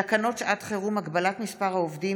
תקנות שעת חירום (הגבלת מספר העובדים